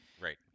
right